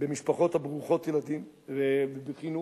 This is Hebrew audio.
במשפחות ברוכות הילדים ובחינוך,